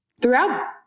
Throughout